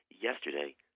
yesterday